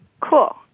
Cool